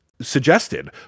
suggested